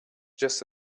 just